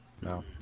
No